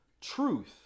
truth